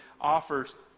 offers